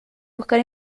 buscar